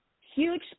huge